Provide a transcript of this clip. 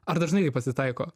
ar dažnai tai pasitaiko